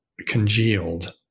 congealed